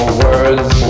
words